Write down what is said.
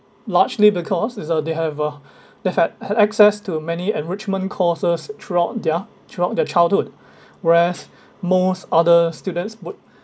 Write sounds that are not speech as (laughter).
largely because is uh they have uh they've had had access to many enrichment courses throughout their throughout their childhood whereas (breath) most other students would